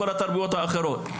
כל התרבויות האחרות,